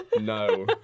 no